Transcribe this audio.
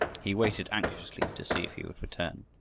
he waited anxiously to see if he would return.